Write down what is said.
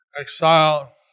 exile